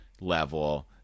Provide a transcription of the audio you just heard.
level